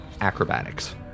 acrobatics